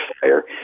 fire